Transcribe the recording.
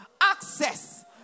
access